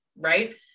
right